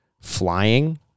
flying